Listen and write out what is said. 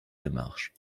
démarche